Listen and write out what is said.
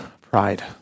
pride